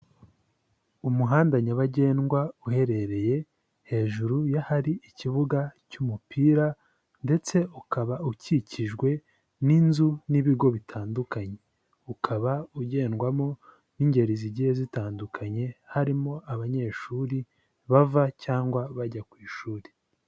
Umuhanda nyabagendwa uherereye hejuru y'ahariri ikibuga cy'umupira ndetse ukaba ukikijwe n'inzu n'ibigo bitandukanye, ukaba ugendwamo n'ingeri zigiye zitandukanye harimo abanyeshuri bava cyangwa bajya ku ishuri.